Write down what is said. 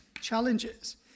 challenges